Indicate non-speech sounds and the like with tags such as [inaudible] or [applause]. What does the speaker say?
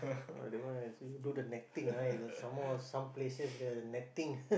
ah that one I see you do the netting ah some more some places the netting [laughs]